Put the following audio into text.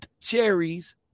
Cherries